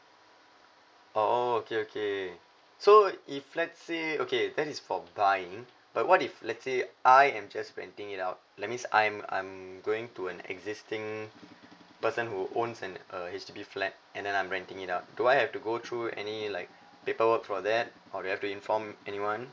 oh okay okay so if let's say okay that is for buying but what if let's say I am just renting it out that means I'm I'm going to an existing person who owns an a H_D_B flat and then I'm renting it out do I have to go through any like paperwork for that or we have to inform anyone